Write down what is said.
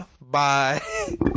bye